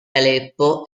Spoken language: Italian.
aleppo